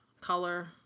color